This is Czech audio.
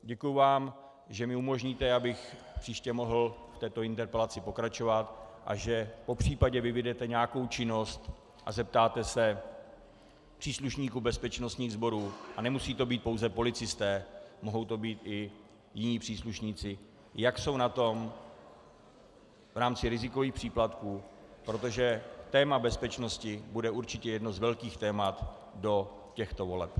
Děkuji vám, že mi umožníte, abych příště mohl v této interpelaci pokračovat a že popřípadě vyvinete nějakou činnost a zeptáte se příslušníků bezpečnostních sborů, a nemusí to být pouze policisté, mohou to být i jiní příslušníci, jak jsou na tom v rámci rizikových příplatků, protože téma bezpečnosti bude určitě jedním z velkých témat do těchto voleb.